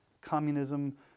communism